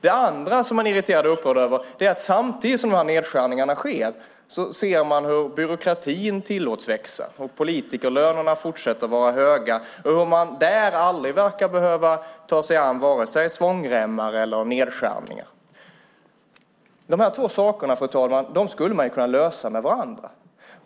Det andra som man är irriterad och upprörd över är att samtidigt som nedskärningarna sker ser man hur byråkratin tillåts växa, hur politikerlönerna fortsätter att vara höga och hur man där aldrig verkar behöva ta sig an vare sig svångremmar eller nedskärningar. De här två sakerna skulle man kunna lösa med varandra, fru talman.